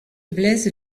blaise